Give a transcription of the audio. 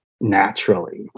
naturally